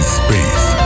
space